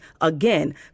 Again